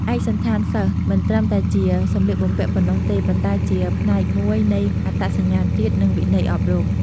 ឯកសណ្ឋានសិស្សមិនត្រឹមតែជាសម្លៀកបំពាក់ប៉ុណ្ណោះទេ ប៉ុន្តែជាផ្នែកមួយនៃអត្តសញ្ញាណជាតិ និងវិន័យអប់រំ។